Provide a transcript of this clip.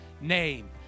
name